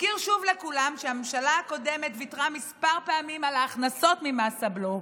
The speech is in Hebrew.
אזכיר שוב לכולם שהממשלה הקודמת ויתרה כמה פעמים על ההכנסות ממס הבלו,